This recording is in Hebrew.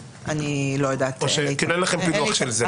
או שאין לכם פילוח של זה?